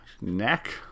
neck